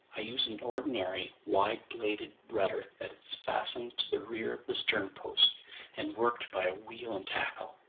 i use an ordinary, wide-bladed rudder that's fastened to the rear of the sternpost and worked by a wheel and tackle.